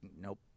nope